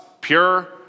pure